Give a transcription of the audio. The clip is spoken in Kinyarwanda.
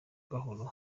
gahoro